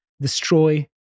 destroy